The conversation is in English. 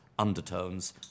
undertones